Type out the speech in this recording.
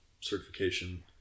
certification